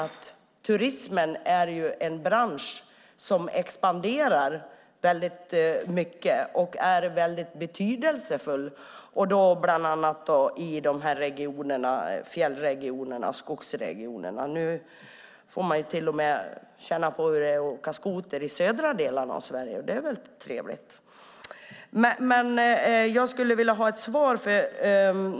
Turismen är en bransch som expanderar mycket och är mycket betydelsefull bland annat i fjällregionerna och i skogsregionerna. Nu får människor känna på hur det är att åka skoter till och med i de södra delarna av Sverige, och det är trevligt. Jag skulle vilja ha ett svar.